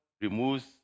removes